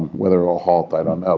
whether it'll halt, i don't know.